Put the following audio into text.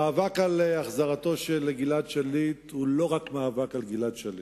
המאבק על החזרתו של גלעד שליט הוא לא רק מאבק על גלעד שליט.